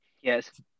Yes